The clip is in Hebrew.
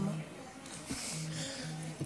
לנמק את ההצעה.